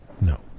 No